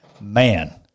Man